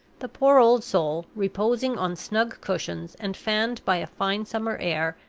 the poor old soul, reposing on snug cushions, and fanned by a fine summer air,